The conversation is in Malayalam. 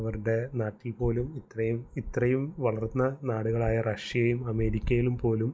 അവരുടെ നാട്ടിൽപോലും ഇത്രയും ഇത്രയും വളർന്ന നാടുകളായ റഷ്യയും അമേരിക്കയിലും പോലും